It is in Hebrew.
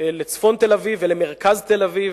לצפון ולמרכז תל-אביב.